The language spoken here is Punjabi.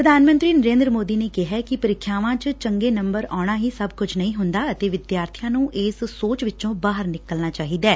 ਪ੍ਰਧਾਨ ਮੰਤਰੀ ਨਰੇਂਦਰ ਮੋਦੀ ਨੇ ਕਿਹੈ ਕਿ ਪ੍ਰੀਖਿਆਵਾਂ ਚ ਚੰਗੇ ਨੰਬਰ ਆਉਣਾ ਹੀ ਸਭ ਕੁਝ ਨਹੀਂ ਹੁੰਦਾ ਅਤੇ ਵਿਦਿਆਰਥੀਆਂ ਨੂੰ ਇਸ ਸੋਚ ਵਿਚੋਂ ਬਾਹਰ ਨਿਕਲਣਾ ਚਾਹੀਦੈ